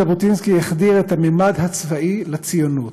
ז'בוטינסקי החדיר את הממד הצבאי לציונות.